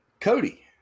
Cody